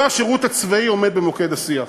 לא השירות הצבאי עומד במוקד השיח.